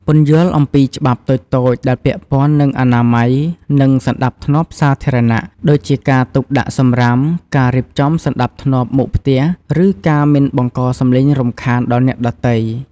ពន្យល់អំពីច្បាប់តូចៗដែលពាក់ព័ន្ធនឹង អនាម័យ និងសណ្ដាប់ធ្នាប់សាធារណៈ ដូចជាការទុកដាក់សំរាម ការរៀបចំសណ្តាប់ធ្នាប់មុខផ្ទះ ឬការមិនបង្កសំឡេងរំខានដល់អ្នកដទៃ។